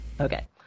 Okay